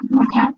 Okay